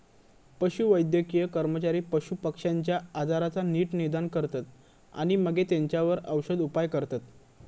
पशुवैद्यकीय कर्मचारी पशुपक्ष्यांच्या आजाराचा नीट निदान करतत आणि मगे तेंच्यावर औषदउपाय करतत